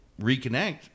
reconnect